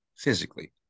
Physically